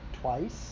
twice